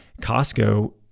Costco